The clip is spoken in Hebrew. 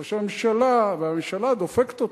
ראש הממשלה והממשלה דופקים אותם.